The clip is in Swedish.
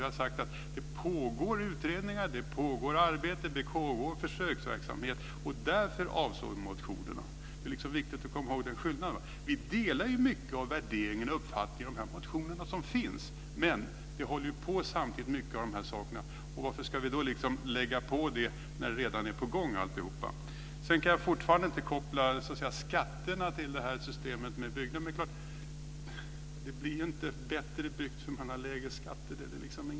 Vi har sagt att det pågår utredningar, arbeten och försöksverksamheter. Det är därför som vi avstyrker motionerna. Det är viktigt att komma ihåg den skillnaden. Vi delar mycket av värderingarna och uppfattningarna i motionerna, men man håller på att arbeta med många av dessa saker. Varför ska vi då sätta i gång med ett sådant arbete när det redan är på gång? Sedan kan jag fortfarande inte koppla skatter till systemet för byggande. Det blir inte bättre byggt för att man har lägre skatter.